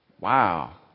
wow